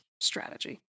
strategy